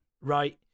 Right